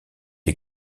est